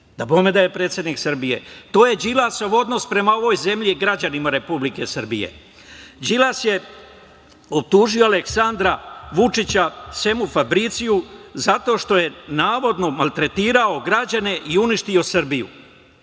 Dabome da je predsednik Srbije. To je Đilasov odnos prema ovoj zemlji je građanima Republike Srbije. Đilas je optužio Aleksandra Vučića Semu Fabiciju zato što je navodno maltretirao građane i uništio Srbiju.